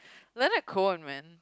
like it cone man